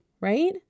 right